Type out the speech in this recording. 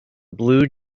blue